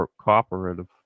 cooperative